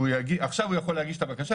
עכשיו הוא יכול להגיש את הבקשה,